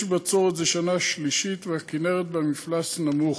יש בצורת זו השנה השלישית, והכינרת במפלס נמוך,